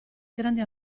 grande